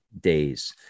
days